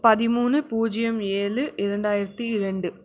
பதிமூணு பூஜ்யம் ஏழு இரண்டாயிரத்தி இரண்டு